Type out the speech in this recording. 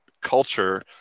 culture